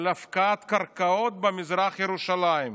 על הפקעת קרקעות במזרח ירושלים.